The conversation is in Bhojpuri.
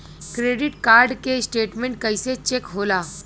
क्रेडिट कार्ड के स्टेटमेंट कइसे चेक होला?